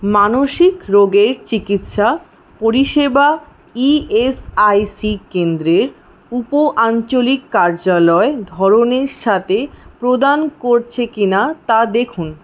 মানসিক রোগের চিকিৎসা পরিষেবা ইএসআইসি কেন্দ্রের উপআঞ্চলিক কার্যালয় ধরনের সাথে প্রদান করছে কিনা তা দেখুন